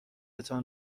تان